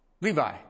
Levi